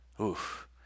Oof